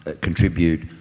contribute